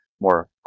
more